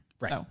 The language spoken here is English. Right